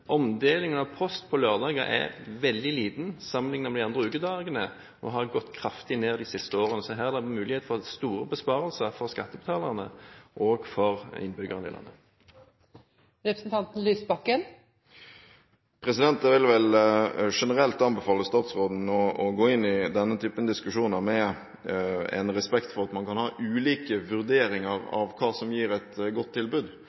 omdelingen av post på lørdager er veldig liten sammenlignet med de andre ukedagene og har gått kraftig ned de siste årene, så her er det muligheter for store besparelser for skattebetalerne og for innbyggerne i landet. Jeg vil vel generelt anbefale statsråden å gå inn i denne typen diskusjoner med respekt for at man kan ha ulike vurderinger av hva som gir et godt tilbud.